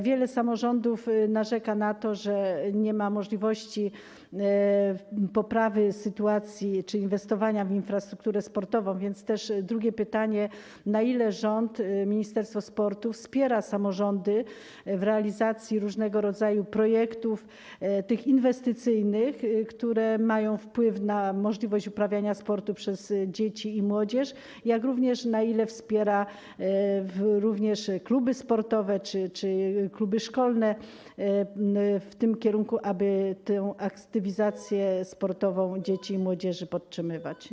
Wiele samorządów narzeka na to, że nie ma możliwości poprawy sytuacji czy inwestowania w infrastrukturę sportową, więc też drugie pytanie: Na ile rząd, Ministerstwo Sportu wspiera samorządy w realizacji różnego rodzaju projektów inwestycyjnych, które mają wpływ na możliwość uprawiania sportu przez dzieci i młodzież, jak również na ile wspiera kluby sportowe czy kluby szkolne w tym kierunku, aby tę aktywizację sportową dzieci i młodzieży podtrzymywać?